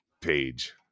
page